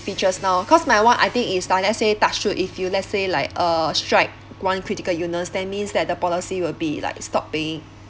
features now cause my one I think is like let's say touch wood if you let's say like a strike one critical illness that means that the policy will be like stop paying